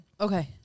okay